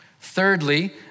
Thirdly